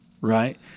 right